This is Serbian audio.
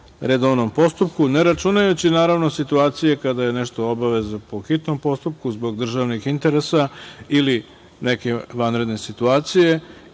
redovnom postupku, ne računajući, naravno, situacije kada je nešto obaveza po hitnom postupku zbog državnih interesa ili neke vanredne situacije,